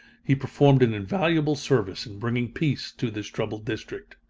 he performed an invaluable service in bringing peace to this troubled district.